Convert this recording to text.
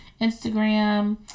Instagram